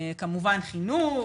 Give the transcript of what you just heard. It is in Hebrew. כמובן חינוך,